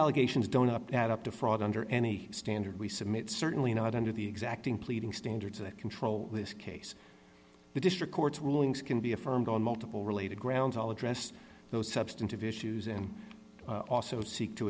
allegations don't up add up to fraud under any standard we submit certainly not under the exacting pleading standards that control this case the district court's rulings can be affirmed on multiple related grounds all addressed those substantive issues in also seek to